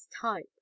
type